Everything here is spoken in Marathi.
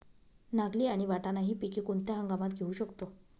नागली आणि वाटाणा हि पिके कोणत्या हंगामात घेऊ शकतो?